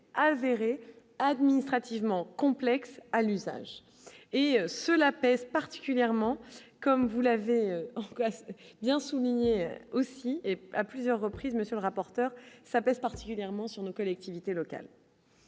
avéré administrativement complexe à l'usage, et cela pèse particulièrement comme vous l'avez bien souligné aussi et à plusieurs reprises, monsieur le rapporteur, ça pèse particulièrement sur les collectivités locales